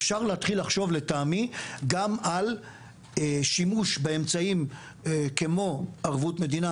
אפשר להתחיל לחשוב לטעמי גם על שימוש באמצעים כמו ערבות מדינה,